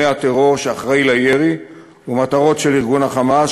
הטרור שאחראי לירי ומטרות של ארגון ה"חמאס",